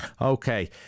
Okay